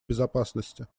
безопасности